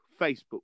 Facebook